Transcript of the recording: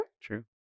True